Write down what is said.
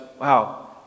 wow